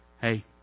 hey